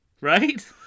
Right